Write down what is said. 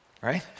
Right